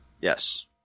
Yes